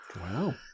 Wow